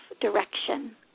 direction